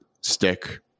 stick